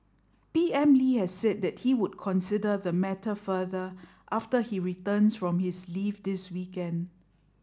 P M Lee has said that he would consider the matter further after he returns from his leave this weekend